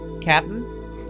captain